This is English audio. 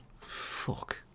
Fuck